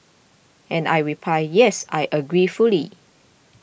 and I reply yes I agree fully